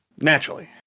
naturally